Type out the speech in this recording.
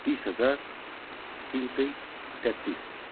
तिस हजार तिन सय तेत्तिस